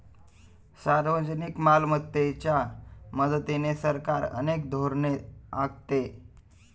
सार्वजनिक मालमत्तेच्या मदतीने सरकार अनेक धोरणे आखते